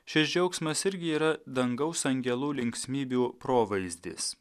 šis džiaugsmas irgi yra dangaus angelų linksmybių provaizdis